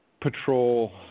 patrol